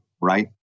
right